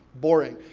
boring.